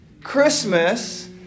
Christmas